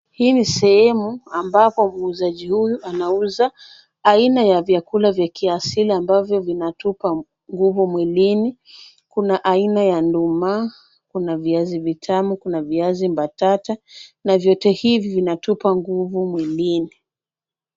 Hii ni sehemu ambapo muuzaji huyu anauza aina ya vyakula vya kiasili ambavyo vinatupa nguvu mwilini, kuna aina ya ndumaa, kuna viazi vitamu, kuna viazi mbatata, na vyote hivi vinatupa nguvu mwilini.